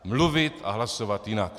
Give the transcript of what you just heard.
Mluvit a hlasovat jinak.